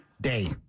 Day